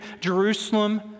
Jerusalem